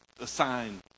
assigned